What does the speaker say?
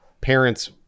parents